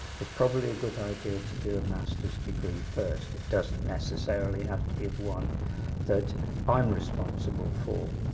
it's probably a good idea to do a master's degree first. it doesn't necessarily have to be the one that i'm responsible for,